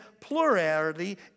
plurality